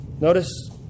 Notice